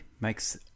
makes